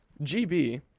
gb